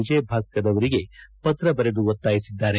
ವಿಜಯಭಾಸ್ಕರ್ ಅವರಿಗೆ ಪತ್ರ ಬರೆದು ಒತ್ತಾಯಿಸಿದ್ದಾರೆ